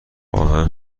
آهن